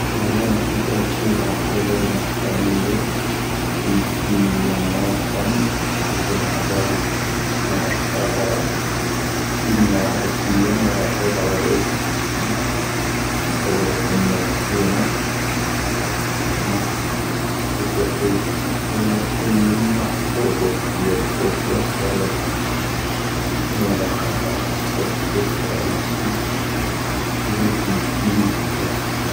ⵀⴻⵔ ⵢⴰⵡⴰⴽ ⵢⴰⵡⴰⴽ ⵙⵓ ⵏⴰ ⴽoⵍⴰ ⴷⵡo ⴽⵀⴰⵏ ⵡⵉⵢⵢⵉp, ⵉⵙⵢ ⵢⴰⵡ ⵎⴰⵡ ⵙⴰⵏ ⵊⵓⵣⵉⵏ ⵀⴻⵔ ⴰⵢⴰⵡ ⵢⴰⵡ ⵙⴰⵎⵓⵙⵉⵍⵓⵏⴳⴰ pⵜⴰⴼⴰⵔⴰ,. ⵢⵓⵎⴻⵀⴰ ⵡⴰⵀⴰⵔ ⵜⵉⵢⴰⵏ ⵡⴰⵔⴰⴽ ⴰⵢⴰⵡⴰⵔ ⴻⴽ ⵎⵉⵙⵀⵉⵏ,. ⵜⴽoⵍⴰⵔⴻⵜⴰⵏ ⵎⴰ'ⵙⴼⵉⵏⴰ,. ⴰⴰⴰ, ⵡⵓⵙ ⵢⴰⵡ ⵇⵉⵢⵉⴽ ⵏⴰ ⴰⵍⵡⴰp ⵜⵉⵢⴰⵏ ⵏⴰⴽ ⴼⴰⵡⴷoⵜ ⵢⵉⵢⴰⵜ ⵙⵓⵍⵜⵉ ⴰⴽ ⵀⵡⴻⵍⵡⴰ,. ⵏⵢⴻ ⵏⴰⴽⵀⴰⵍⴰⵙ ⵡⴰⴷ ⵢⵉⵜ ⵜⴻⵔⴰ ⵡⵓⵙⵉⵎ,. ⴽⵓⴱⵉⵔ ⵎⵡⵓⵣⵔⵉ ⵏⴰ ⴽⴻⵔⴰⵀⵜ.